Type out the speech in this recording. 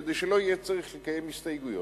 כדי שלא יהיה צריך לקיים הסתייגויות,